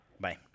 bye